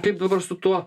kaip dabar su tuo